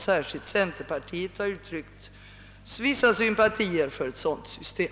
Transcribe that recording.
Särskilt centerpartiet har uttryckt vissa sympatier för ett kreditgarantisystem.